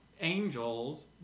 angels